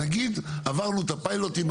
נגיד עברנו את הפילוטים,